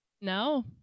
No